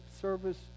service